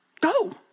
go